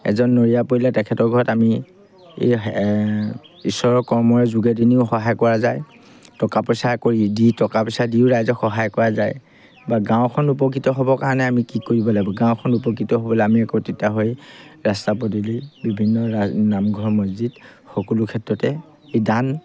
এজন নৰীয়াত পৰিলে তেখেতৰ ঘৰত আমি এই ঈশ্বৰৰ কৰ্মৰ যোগেদিও সহায় কৰা যায় টকা পইচা কৰি দি টকা পইচা দিও ৰাইজক সহায় কৰা যায় বা গাঁওখন উপকৃত হ'বৰ কাৰণে আমি কি কৰিব লাগিব গাঁওখন উপকৃত হ'বলৈ আমি একত্ৰিত হৈ ৰাস্তা পদূলি বিভিন্ন নামঘৰ মছজিদ সকলো ক্ষেত্ৰতে এই দান